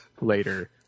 Later